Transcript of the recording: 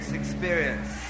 experience